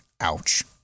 Ouch